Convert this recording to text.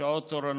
שעות תורנות,